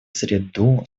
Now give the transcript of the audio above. среду